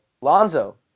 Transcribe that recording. Lonzo